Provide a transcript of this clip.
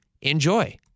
Enjoy